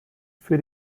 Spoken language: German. für